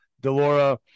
Delora